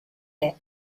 did